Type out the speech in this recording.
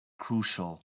crucial